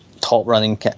top-running